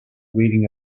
reading